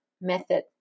method